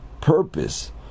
purpose